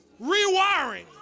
rewiring